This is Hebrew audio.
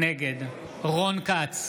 נגד רון כץ,